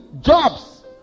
jobs